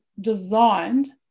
designed